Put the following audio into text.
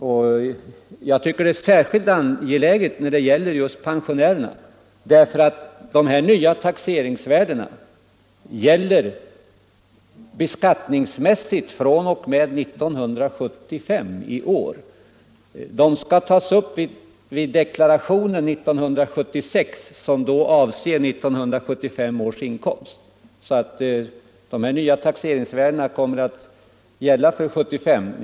En sådan ändring tycker jag är särskilt angelägen just när det gäller pensionärerna, därför att de nya taxeringsvärdena gäller beskattningsmässigt fr.o.m. 1975. De skall sålunda tas upp i deklarationen 1976, som avser 1975 års inkomster. De nya taxeringsvärdena kommer alltså att gälla för 1975.